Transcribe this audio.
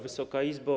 Wysoka Izbo!